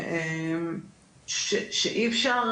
שאי אפשר